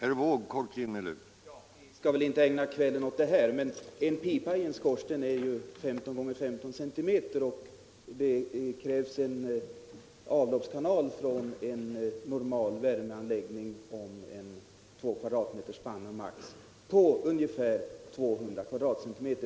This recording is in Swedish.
Herr talman! Vi skall väl inte ägna kvällen åt frågan om spjällregulatorer, men en pipa i en skorsten är ju 15 x 15 cm och det krävs en avloppskanal på 200 cm? från en normal värmeanläggning med en panna på maximalt 2 m?.